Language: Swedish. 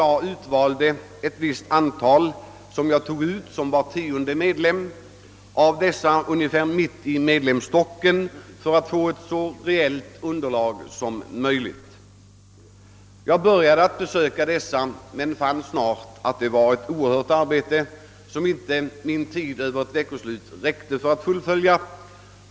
Jag valde ut var tionde medlem i mitten av matrikeln för att få ett så representativt underlag som möjligt och behöll sedan 30 av dem, som jag började besöka. Jag fann dock snart att detta var ett oerhört arbete, som min lediga tid över ett veckoslut inte räckte till för att fullfölja.